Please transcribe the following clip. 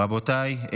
רבותיי,